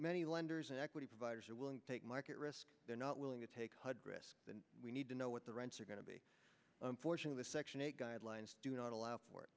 many lenders and equity providers are willing to take market risk they're not willing to take hud risk and we need to know what the rents are going to be unfortunate the section eight guidelines do not allow for